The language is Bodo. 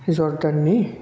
जर्डाननि